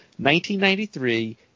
1993